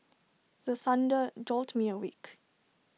the thunder jolt me awake